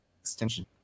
extension